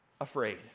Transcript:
afraid